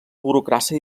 burocràcia